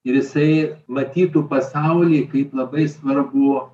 ir jisai matytų pasaulį kaip labai svarbų